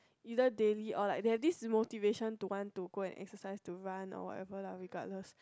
either daily or like then this motivation want to go and exercise to run or ever lah regardless